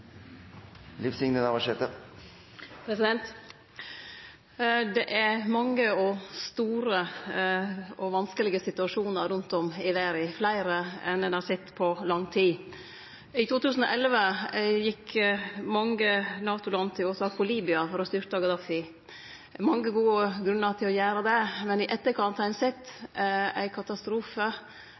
mange, store og vanskelege situasjonar rundt om i verda, fleire enn ein har sett på lang tid. I 2011 gjekk mange NATO-land til åtak på Libya for å styrte Gaddafi. Det var mange gode grunnar til å gjere det, men i etterkant har ein sett ein katastrofe